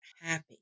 happy